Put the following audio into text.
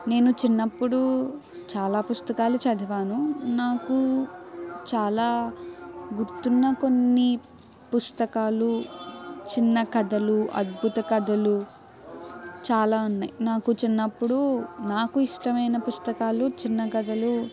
నేను చిన్నప్పుడు చాలా పుస్తకాలు చదివాను నాకు చాలా గుర్తున్న కొన్ని పుస్తకాలు చిన్న కథలు అద్భుత కథలు చాలా ఉన్నాయి నాకు చిన్నప్పుడు నాకు ఇష్టమైన పుస్తకాలు చిన్న కథలు